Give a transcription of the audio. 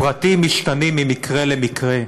הפרטים משתנים ממקרה למקרה.